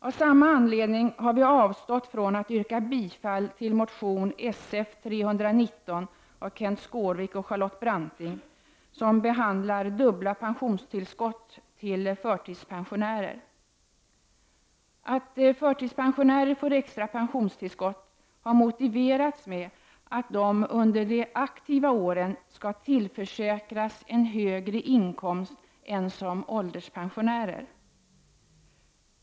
Av samma anledning har vi avstått från att yrka bifall till motion Sf319 av Kenth Skårvik och Charlotte Branting vilken behandlar dubbla pensionstillskott till förtidspensionärer. Att förtidspensionärer får extra pensionstillskott har motiverats med att de under de aktiva åren skall tillförsäkras en högre inkomst än som ålderspensionärer.